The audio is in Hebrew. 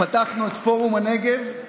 פתחנו את פורום הנגב,